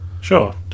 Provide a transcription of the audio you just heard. sure